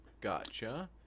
Gotcha